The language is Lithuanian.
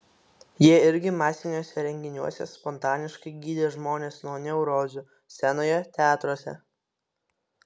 jie irgi masiniuose renginiuose spontaniškai gydė žmonės nuo neurozių scenoje teatruose